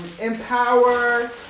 empower